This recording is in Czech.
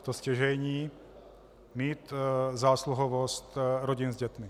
To stěžejní mít zásluhovost rodin s dětmi.